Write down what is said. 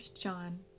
John